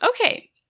Okay